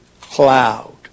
cloud